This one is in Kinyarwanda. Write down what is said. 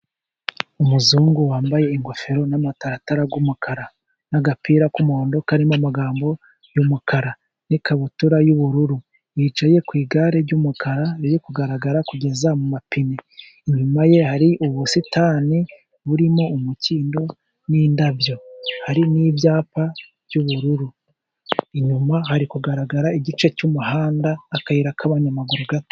umuzungu wambaye ingofero n'amataratara y'umukara n'agapira k'umuhondo karimo amagambo y'umukara n'ikabutura y'ubururu yicaye ku igare ry'umukara. Biri kugaragara kugeza mu mapine inyuma ye hari ubusitani burimo umukindo n'indabyo, hari n'ibyapa by'ubururu inyuma hari kugaragara igice cy'muhanda akayira k'abanyamaguru gato.